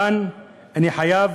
כאן אני חייב